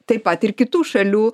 taip pat ir kitų šalių